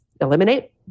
eliminate